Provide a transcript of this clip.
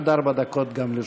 עד ארבע דקות גם לרשותך.